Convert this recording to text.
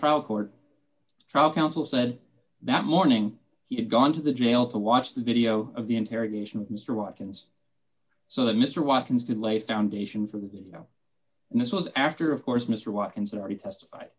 trial court trial counsel said that morning he had gone to the jail to watch the video of the interrogation mr watkins so that mr watkins could lay foundation for the no and this was after of course mr watkins already testif